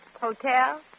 Hotel